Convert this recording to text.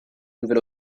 nouvel